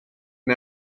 mae